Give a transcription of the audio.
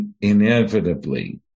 inevitably